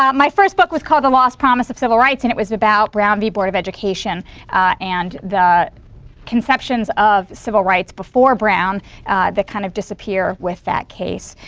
um my first book was called the lost promise of civil rights and it was about brown v. board of education and the conceptions of civil rights before brown that kind of disappeared with that case.